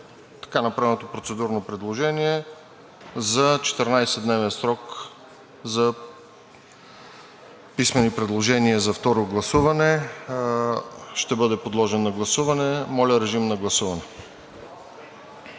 Така направеното процедурно предложение за 14-дневен срок за писмени предложения за второ гласуване ще бъде подложено на гласуване. Моля, режим на гласуване